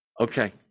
Okay